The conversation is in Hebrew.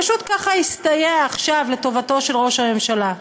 פשוט ככה הסתייע עכשיו לטובתו של ראש הממשלה.